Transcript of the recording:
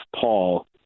Paul